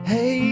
Hey